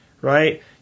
Right